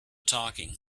talking